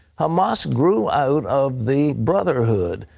hamas grew out of the brotherhood.